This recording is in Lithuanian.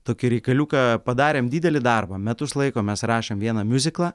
tokį reikaliuką padarėm didelį darbą metus laiko mes rašėm vieną miuziklą